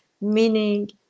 meaning